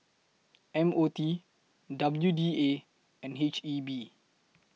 M O T W D A and H E B